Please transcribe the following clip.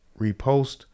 repost